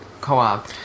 co-op